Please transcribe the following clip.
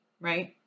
right